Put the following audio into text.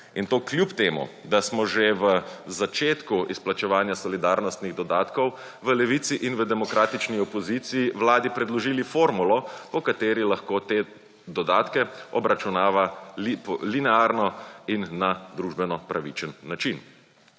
in to kljub temu, da smo že v začetku izplačevanja solidarnostnih dodatkov v Levici in v demokratični opoziciji Vladi predložili formulo po kateri lahko te dodatke obračunava linearno in na družbeno pravičen način.